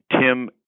Tim